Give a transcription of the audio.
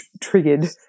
triggered